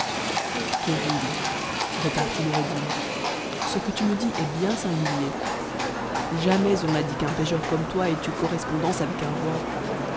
kérim repartit noureddin ce que tu me dis est bien siuguii jamais on n'a dit qu'un pêcheur comme toi ait eu correspondance av un roi